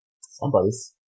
Somebody's